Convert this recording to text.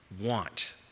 want